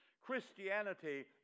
Christianity